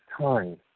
time